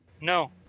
no